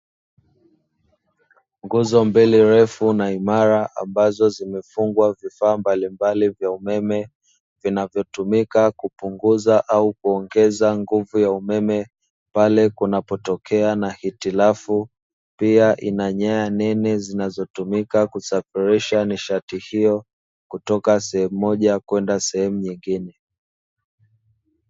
Nguzo mbili ndefu na imara ambazo zimefungwa vifaa mbalimbali za umeme, vinavyotumika kupunguza au kuongeza nguvu ya umeme pale kunapotokea na hitilafu. Pia ina nyaya nene zinazotumika kusafirisha nishati hiyo kutoka sehemu moja kwenda sehemu nyingine.